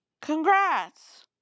Congrats